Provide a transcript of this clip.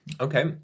Okay